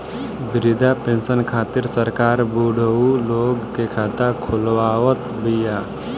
वृद्धा पेंसन खातिर सरकार बुढ़उ लोग के खाता खोलवावत बिया